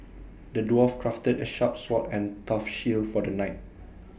the dwarf crafted A sharp sword and tough shield for the knight